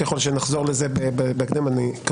ככל שנחזור לזה בהקדם אני,